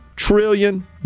trillion